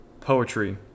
poetry